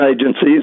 agencies